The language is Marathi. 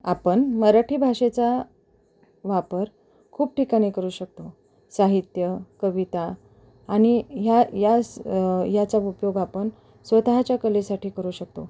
आपण मराठी भाषेचा वापर खूप ठिकाणी करू शकतो साहित्य कविता आणि ह्या यास याचा उपयोग आपण स्वतःच्या कलेसाठी करू शकतो